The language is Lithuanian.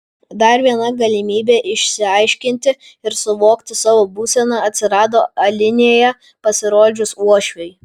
dar viena galimybė išsiaiškinti ir suvokti savo būseną atsirado alinėje pasirodžius uošviui